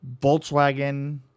Volkswagen